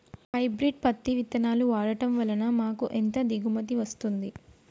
Hybrid పత్తి విత్తనాలు వాడడం వలన మాకు ఎంత దిగుమతి వస్తుంది?